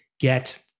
get